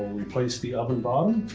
replace the oven bottom.